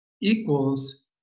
equals